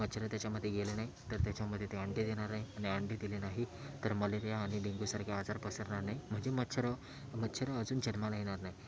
मच्छर त्याच्यामध्ये गेले नाही तर त्याच्यामध्ये ते अंडे देणार नाहीत आणि अंडे दिले नाहीत तर मलेरिया आणि डेंगूसारखे आजार पसरणार नाहीत म्हणजे मच्छर मच्छर अजून जन्माला येणार नाहीत